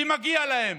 מגיע להם.